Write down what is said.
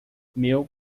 meu